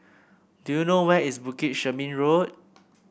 do you know where is Bukit Chermin Road